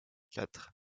quatre